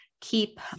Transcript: keep